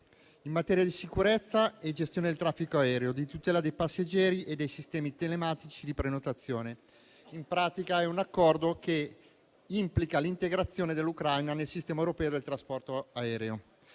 in materia di sicurezza e gestione del traffico aereo, di tutela dei passeggeri e dei sistemi telematici di prenotazione. In pratica è un Accordo che implica l'integrazione dell'Ucraina nel sistema europeo del trasporto aereo.